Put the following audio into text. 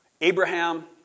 Abraham